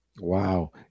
Wow